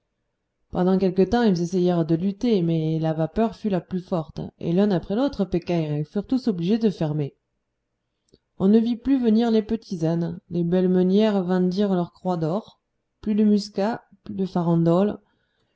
pendant quelque temps ils essayèrent de lutter mais la vapeur fut la plus forte et l'un après l'autre pécaïre ils furent tous obligés de fermer on ne vit plus venir les petits ânes les belles meunières vendirent leurs croix d'or plus de muscat plus de farandole